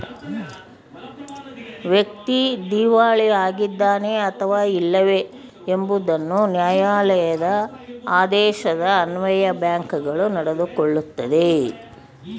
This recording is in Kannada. ವ್ಯಕ್ತಿ ದಿವಾಳಿ ಆಗಿದ್ದಾನೆ ಅಥವಾ ಇಲ್ಲವೇ ಎಂಬುದನ್ನು ನ್ಯಾಯಾಲಯದ ಆದೇಶದ ಅನ್ವಯ ಬ್ಯಾಂಕ್ಗಳು ನಡೆದುಕೊಳ್ಳುತ್ತದೆ